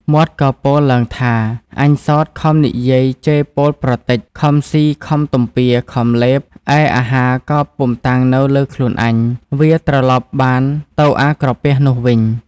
មាត់ក៏ពោលឡើង ថា អញសោតខំនិយាយជេរពោលប្រទេច ខំស៊ី ខំទំពា ខំលេប ឯអាហារក៏ពុំ តាំងនៅលើខ្លួនអញ វាត្រឡប់បានទៅអាក្រពះនោះវិញ។